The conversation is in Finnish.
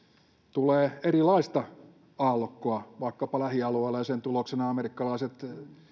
tulee erilaista aallokkoa vaikkapa lähialueilla ja sen tuloksena amerikkalaiset